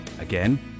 Again